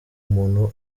umuntu